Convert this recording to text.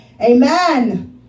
Amen